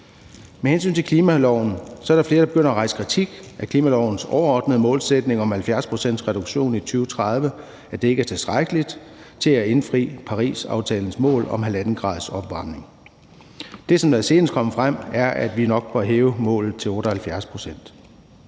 Med hensyn til klimaloven er der flere, der begynder at rejse kritik af lovens overordnede målsætning om 70 pct.s reduktion i 2030, altså siger, at det ikke er tilstrækkeligt til at indfri Parisaftalens mål om 1,5 graders opvarmning. Det, der senest er kommet frem, er, at vi nok bør hæve målet til 78 pct.